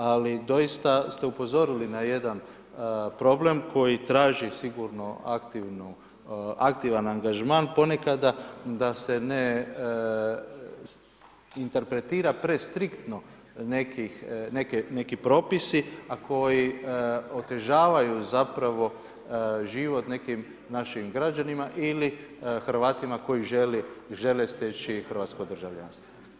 Ali, doista ste upozorili na jedan problem, koji traži sigurno aktivni angažman ponekada, da se ne interpretira prestriktno neke propisi a koji otežavaju zapravo život nekim našim građanima ili Hrvatima koji žele steći hrvatsko državljanstvo.